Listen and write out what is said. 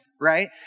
right